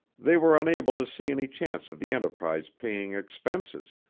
they were unable to see any chance of the enterprise paying expenses,